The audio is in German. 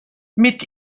mit